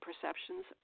perceptions